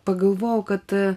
pagalvojau kad